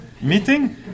meeting